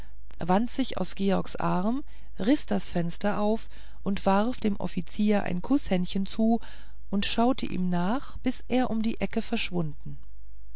wand sich aus georgs arm riß das fenster auf warf dem offizier ein kußhändchen zu und schaute ihm nach bis er um die ecke verschwunden